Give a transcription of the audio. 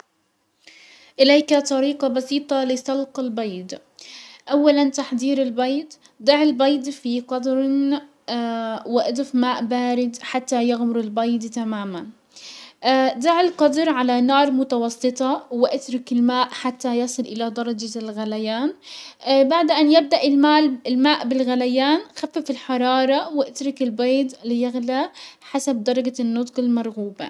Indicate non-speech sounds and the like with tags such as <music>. اليك طريقة بسيطة لسلق البيض، اولا تحضير البيض ضع البيض في قدر <hesitation> واضف ماء بارد حتى يغمر البيض تماما، <hesitation> ضع القدر على نار متوسطة واترك الماء حتى يصل الى الغليان، <hesitation> بعد ان يبدأ المال- الماء بالغليان خفف الحرارة واترك البيض ليغلى حسب درجة النضج المرغوبة.